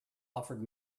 offered